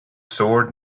sword